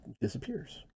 disappears